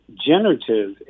generative